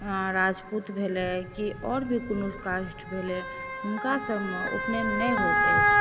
राजपुत भेलै कि आर भी कोनो कास्ट भेलै हुनकासभमे उपनयन नहि होइत अछि